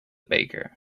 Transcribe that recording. baker